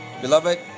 beloved